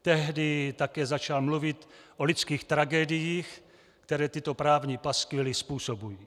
Tehdy také začal mluvit o lidských tragédiích, které tyto právní paskvily způsobují.